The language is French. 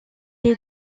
est